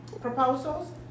proposals